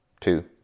two